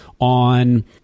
on